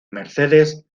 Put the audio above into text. mercedes